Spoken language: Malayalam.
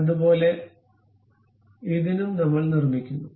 അതുപോലെ ഇതിനും നമ്മൾ നിർമ്മിക്കുന്നു